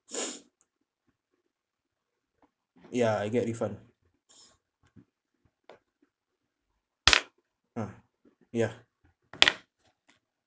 ya I get refund ah ya